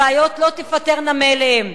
הבעיות לא תיפתרנה מאליהן.